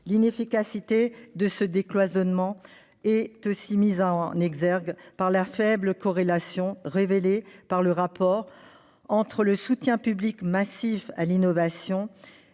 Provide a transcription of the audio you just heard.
L'inefficacité de ce décloisonnement est aussi mise en exergue par la faible corrélation, révélée par le rapport d'information, entre le soutien public massif à l'innovation